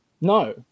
No